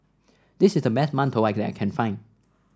this is the best mantou I that can find